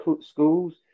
schools